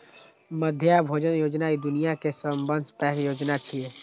मध्याह्न भोजन योजना दुनिया के सबसं पैघ योजना छियै